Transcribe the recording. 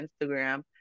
Instagram